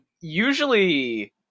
usually